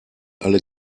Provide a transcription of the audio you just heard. alle